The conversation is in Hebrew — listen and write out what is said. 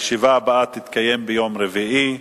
הישיבה הבאה תתקיים ביום רביעי,